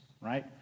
right